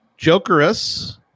Jokerus